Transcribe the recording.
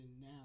now